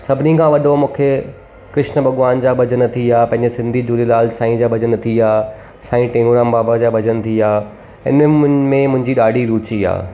सभिनी खां वॾो मूंखे कृष्ण भॻवान जा भॼन थी विया पंहिंजे सिंधी झूलेलाल साईं जा भॼन थी विया साईं टेऊंराम बाबा जा भॼन थी विया इन्हनि में मुंहिंजी ॾाढी रूची आहे